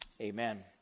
amen